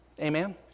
Amen